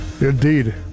Indeed